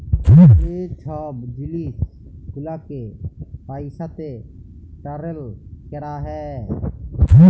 যে ছব জিলিস গুলালকে পইসাতে টারেল ক্যরা হ্যয়